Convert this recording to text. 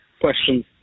question